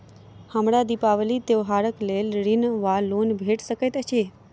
हमरा दिपावली त्योहारक लेल ऋण वा लोन भेट सकैत अछि?